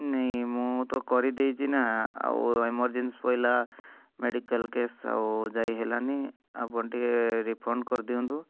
ନାଇ ମୁଁ ତ କରିଦେଇଛି ନା ଆଉ ଏମର୍ଜେନ୍ସି ପଡ଼ିଲା ମେଡ଼ିକାଲ୍ କେସ୍ ଆଉ ଯାଇହେଲାନି ଆପଣ ଟିକେ ରିଫଣ୍ଡ କରିଦିଅନ୍ତୁ